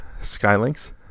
Skylink's